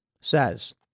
says